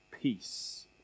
peace